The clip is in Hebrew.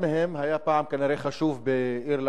אחד מהם היה פעם כנראה חשוב באירלנד,